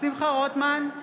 שמחה רוטמן,